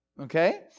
Okay